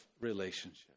relationship